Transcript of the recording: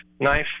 knife